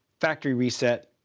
factory reset,